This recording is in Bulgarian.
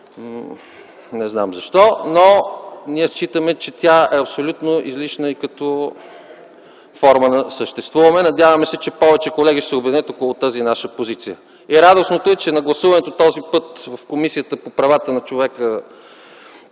не знам защо, но ние считаме, че тя е абсолютно излишна и като форма на съществуване. Надяваме се, че повече колеги ще се обединят около тази наша позиция. Радостното е, че на гласуването този път в Комисията по правата на човека,